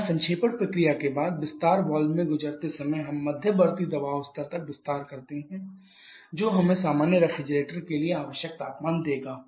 यहां संक्षेपण प्रक्रिया के बाद विस्तार वाल्व में गुजरते समय हम मध्यवर्ती दबाव स्तर तक विस्तार करते हैं जो हमें सामान्य रेफ्रिजरेटर के लिए आवश्यक तापमान देता है